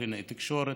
קלינאי תקשורת,